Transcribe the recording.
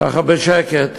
ככה בשקט.